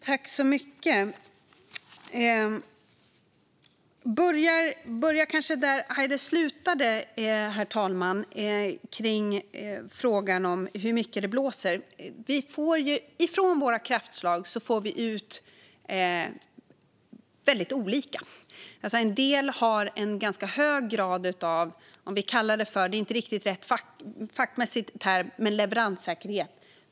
Herr talman! Jag börjar där Monica Haider slutade. Det gäller frågan om hur mycket det blåser. Vi får ut väldigt olika från våra kraftslag. En del har en ganska hög grad av vad som kan kallas leveranssäkerhet, som inte är en helt riktig fackmässig term.